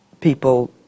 people